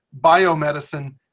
biomedicine